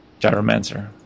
Gyromancer